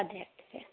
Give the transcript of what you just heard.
അതെയോ അതെയോ